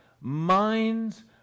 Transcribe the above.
minds